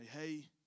hey